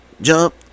jump